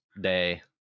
day